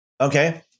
Okay